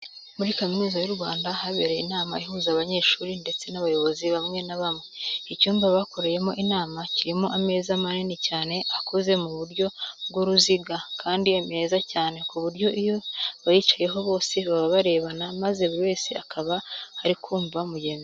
Muri kaminuza y'u Rwanda habereye inama ihuza abanyeshuri ndetse n'abayobozi bamwe na bamwe. Icyumba bakoreyemo inama kirimo ameza manini cyane akoze mu buryo bw'uruziga kandi meza cyane ku buryo iyo bayicayeho bose baba barebana maze buri wese akaba ari kumva mugenzi we.